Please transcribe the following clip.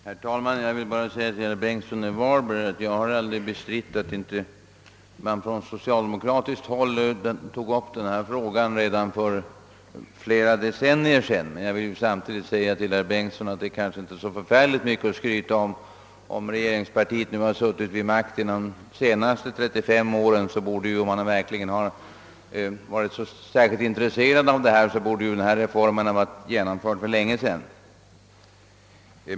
Herr talman! Till herr Bengtsson i Varberg vill jag bara säga att jag aldrig bestritt att man från socialdemokratiskt håll tog upp denna fråga redan för flera decennier sedan. Men till herr Bengtsson vill jag samtidigt säga att det kanske inte är så förfärligt mycket att skryta om. Om regeringspartiet nu har suttit vid makten de senaste 35 åren så borde, om man verkligen varit intresserad av frågan, denna reform ha varit genomförd för länge sedan.